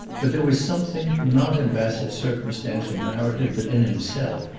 but there was something, not in bassett's circumstantial narrative but in himself,